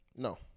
No